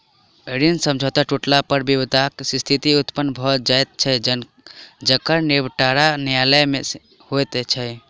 ऋण समझौता टुटला पर विवादक स्थिति उत्पन्न भ जाइत छै जकर निबटारा न्यायालय मे होइत छै